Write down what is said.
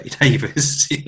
Davis